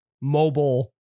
mobile